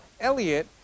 elliot